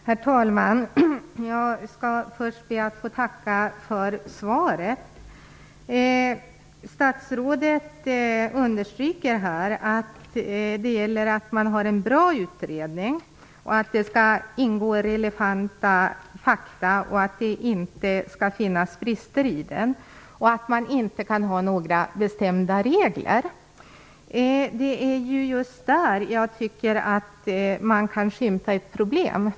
Herr talman! Jag skall först be att få tacka för svaret. Statsrådet understryker att det gäller att man har en bra utredning, att det inte skall finnas brister i den och att relevanta fakta skall ingå. Dessutom säger han att man inte kan ha bestämda regler. Det är just där jag tycker att man kan skymta ett problem.